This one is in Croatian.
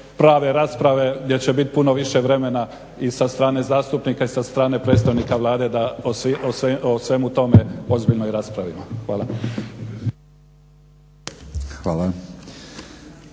prave rasprave gdje će biti puno više vremena i sa strane zastupnika i sa strane predstavnika Vlade da o svemu tome ozbiljno i raspravimo. Hvala.